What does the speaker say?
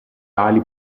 ali